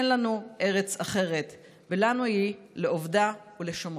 אין לנו ארץ אחרת ולנו היא לעובדה ולשומרה.